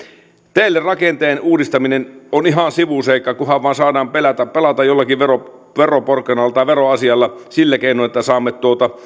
teille rakenteellinen uudistaminen on ihan sivuseikka kunhan vain saadaan pelata pelata jollakin veroporkkanalla tai veroasialla sillä keinoin että saamme